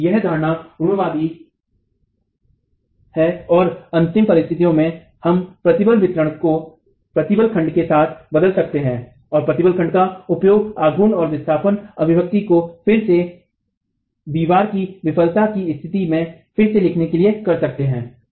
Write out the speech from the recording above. तो यह धारणा रूढ़िवादी है और अंतिम परिस्थितियों में हम प्रतिबल वितरण को प्रतिबल खंड के साथ बदल सकते हैं और प्रतिबल खंड का उपयोग आघूर्ण और विस्थापन अभिव्यक्ति को फिर से दीवार की विफलता की स्थिति में फिर से लिखने के लिए कर सकते हैं